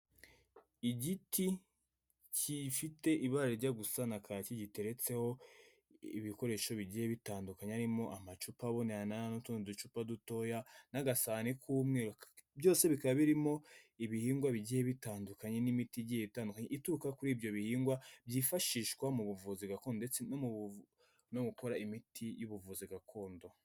Igiti, kifite ibara rijya gusa na kaki, giteretseho, ibikoresho, bigiye bitandukanye. Harimo amacupa aboneana, n'utundi ducupa dutoya, n'agasani k'umweru, byose bikaba birimo, ibihingwa bigiye bitandukanye n'imiti igiye itandukanye, ituruka kuri ibyo bihingwa, byifashishwa, mu buvuzi gakondo ndetse no gukora imiti, y'ubuvuzi gakondo.